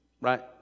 right